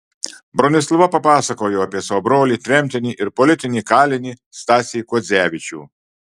bronislava papasakojo apie savo brolį tremtinį ir politinį kalinį stasį kuodzevičių